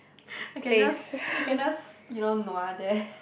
I can just I can just you know nua there